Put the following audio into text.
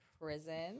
prison